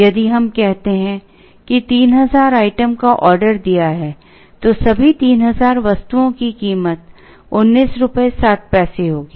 यदि हम कहते हैं कि 3000 आइटम का आर्डर दिया है तो सभी 3000 वस्तुओं की कीमत 1960 पैसे होगी